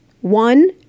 One